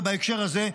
ובהקשר הזה,